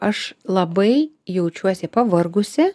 aš labai jaučiuosi pavargusi